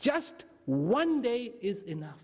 just one day is enough